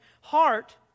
heart